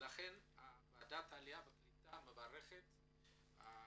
ועדת העלייה והקליטה מברכת על